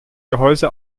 gehäuse